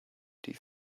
die